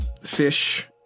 fish